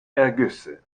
ergüsse